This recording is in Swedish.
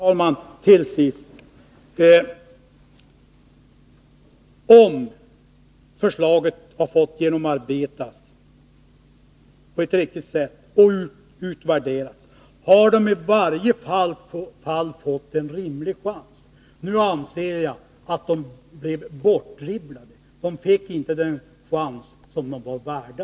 Fru talman! Om förslaget hade fått genomarbetas på ett riktigt sätt och Onsdagen den utvärderats hade de anställda i varje fall fått en rimlig chans. Nu anser jag att 12 maj 1982 de blev bortdribblade. De fick inte den chans som de var värda.